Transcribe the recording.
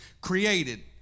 created